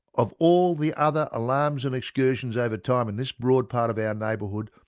of all the other alarms and excursions over time in this broad part of our neighbourhood,